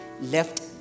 left